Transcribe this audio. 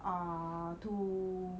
err to